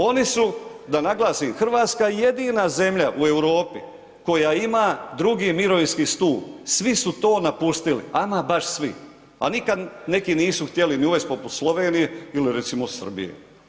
Oni su, da naglasim RH je jedina zemlja u Europi koja ima drugi mirovinski stup, svi su to napustili, ama baš svi, a nikad neki nisu htjeli ni uvest poput Slovenije ili recimo Srbije.